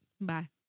Bye